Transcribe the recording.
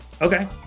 Okay